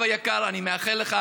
ואני בהחלט מאחל לו: אבא יקר,